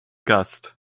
gast